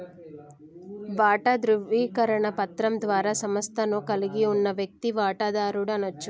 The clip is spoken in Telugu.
వాటా ధృవీకరణ పత్రం ద్వారా సంస్థను కలిగి ఉన్న వ్యక్తిని వాటాదారుడు అనచ్చు